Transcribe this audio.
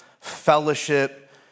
fellowship